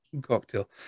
cocktail